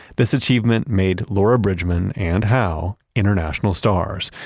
this achievement made laura bridgman and howe international stars,